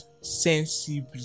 sensibly